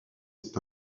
est